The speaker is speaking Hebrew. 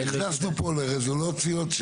נכנסנו פה לרזולוציות,